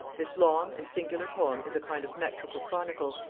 this long and singular poem is a kind of metrical chronicle,